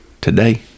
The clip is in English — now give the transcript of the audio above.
today